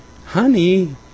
honey